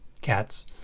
cats